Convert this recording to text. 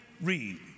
Read